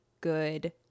good